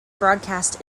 broadcast